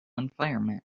environment